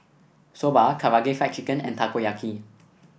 Soba Karaage Fried Chicken and Takoyaki